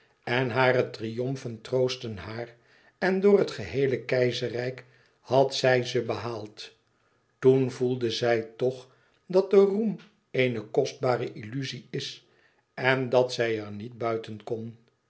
en hare triomfen troostten haar en door het geheele keizerrijk had zij ze behaald toen voelde zij toch dat de roem eene kostbare illuzie is en dat zij er niet buiten